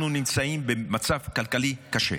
אנחנו נמצאים במצב כלכלי קשה.